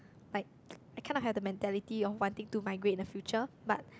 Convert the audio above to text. like I can't have the mentality of wanting to my migrate in the future but